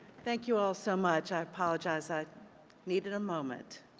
thank you all so much. i apologize. i needed a moment.